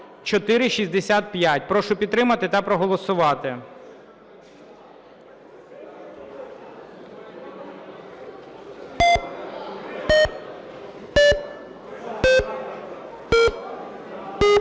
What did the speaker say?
Прошу підтримати та проголосувати.